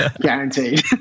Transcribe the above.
guaranteed